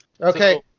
Okay